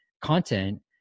content